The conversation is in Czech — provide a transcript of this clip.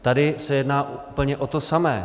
Tady se jedná úplně o to samé.